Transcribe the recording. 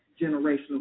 generational